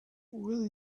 will